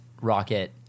Rocket